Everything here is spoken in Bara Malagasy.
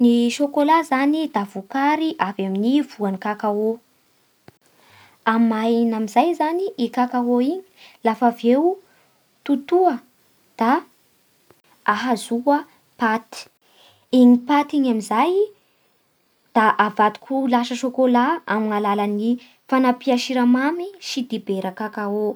Ny sôkôla zany dia vokary avy amin'ny voan'ny kakaô, amaina amin'ny zay zany i kakaô iny lafa avy eo totoa da ahazoa paty, iny paty iny amin'izay lasa avadiky ho sôsôla amin'ny alalan'ny fanampia siramamy sy dibera kakaô.